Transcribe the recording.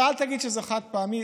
ואל תגיד שזה חד-פעמי,